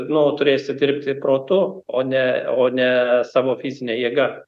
nu turėsit dirbti protu o ne o ne savo fizine jėga